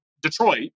Detroit